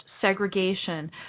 segregation